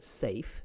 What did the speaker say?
safe